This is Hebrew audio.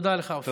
תודה לך, אופיר.